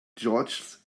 george’s